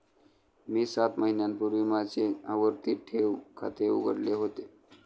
मी सात महिन्यांपूर्वी माझे आवर्ती ठेव खाते उघडले होते